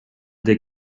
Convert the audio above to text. the